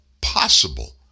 possible